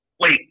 Wait